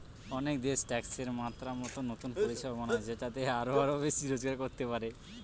অনেক দেশ ট্যাক্সের মাত্রা মতো নতুন পরিষেবা বানায় যেটাতে তারা আরো বেশি রোজগার করতে পারে